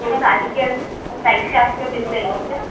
तो शादी सैड से आप से मिल जाएगी क्या